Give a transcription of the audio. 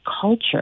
culture